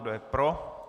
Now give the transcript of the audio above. Kdo je pro?